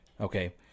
Okay